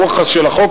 הרוח של החוק,